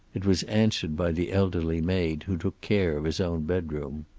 it was answered by the elderly maid who took care of his own bedroom.